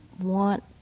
want